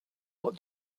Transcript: what